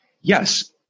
Yes